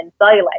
cellulite